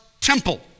temple